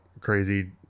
crazy